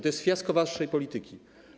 To jest fiasko waszej polityki.